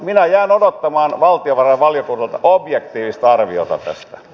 minä jään odottamaan valtiovarainvaliokunnalta objektiivista arviota tästä